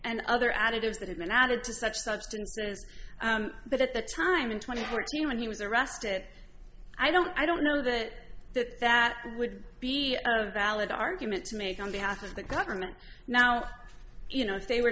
and other additives that have been added to such substances but at the time in twenty four when he was arrested i don't i don't know that that that would be a valid argument to make on behalf of the government now you know if they were